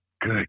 good